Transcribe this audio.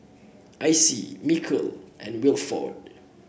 Icie Mikal and Wilford